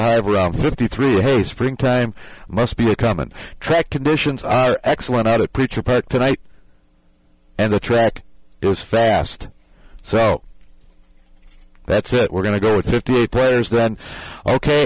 around fifty three hey spring time must be a common track conditions are excellent out of pitcher park tonight and the track is fast so that's it we're going to go with fifty eight players then ok